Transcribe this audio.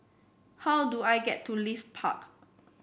how do I get to Leith Park